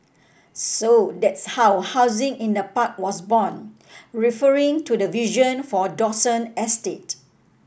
so that's how housing in a park was born referring to the vision for Dawson estate